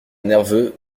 nerveux